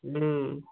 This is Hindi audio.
हूँ